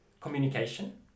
communication